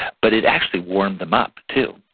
but it actually warmed them up too,